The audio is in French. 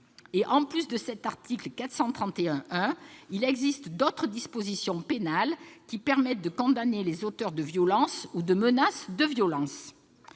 En plus de cet article existent d'autres dispositions pénales permettant de condamner les auteurs de violences ou menaces de violences.